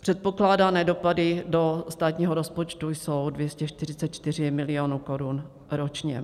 Předpokládané dopady do státního rozpočtu jsou 244 milionů korun ročně.